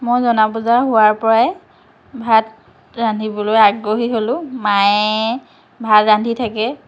মই জনা বুজা হোৱাৰ পৰাই ভাত ৰান্ধিবলৈ আগ্ৰহী হ'লোঁ মায়ে ভাত ৰান্ধি থাকে